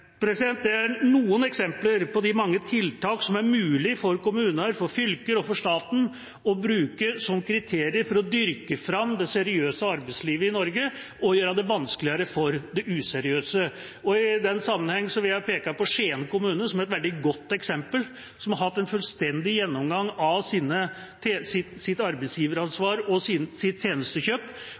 er noen eksempler på de mange tiltak som er mulig for kommuner, for fylker og for staten å bruke som kriterier for å dyrke fram det seriøse arbeidslivet i Norge og å gjøre det vanskeligere for det useriøse. I den sammenhengen vil jeg peke på Skien kommune som et veldig godt eksempel. De har hatt en fullstendig gjennomgang av sitt arbeidsgiveransvar og sitt tjenestekjøp og